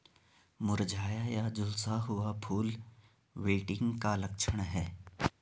मुरझाया या झुलसा हुआ फूल विल्टिंग का लक्षण है